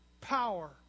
power